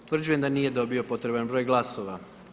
Utvrđujem da nije dobio potreban broj glasova.